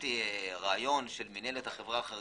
הצפתי רעיון, למינהלת החברה החרדית,